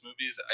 movies